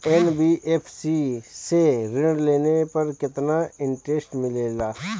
NBFC से ऋण लेने पर केतना इंटरेस्ट मिलेला?